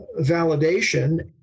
validation